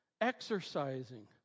exercising